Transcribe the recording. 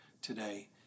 today